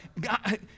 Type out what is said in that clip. God